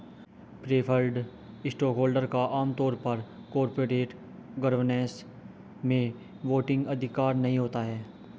preferred stockholder का आम तौर पर कॉरपोरेट गवर्नेंस में वोटिंग अधिकार नहीं होता है